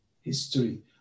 history